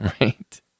Right